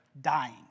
dying